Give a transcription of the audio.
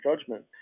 judgment